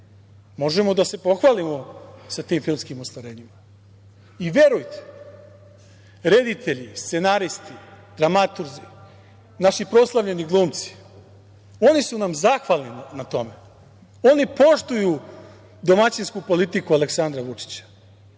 Možemo da se pohvalimo sa tim filmskim ostvarenjima. Verujte, reditelji, scenaristi, dramaturzi, naši proslavljeni glumci, oni su nam zahvalni na tome. Oni poštuju domaćinsku politiku Aleksandra Vučića,